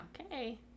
Okay